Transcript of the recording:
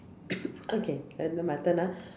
okay then now my turn ah